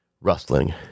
rustling